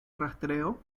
rastreo